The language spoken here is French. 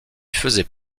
faisait